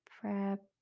prep